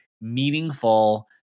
meaningful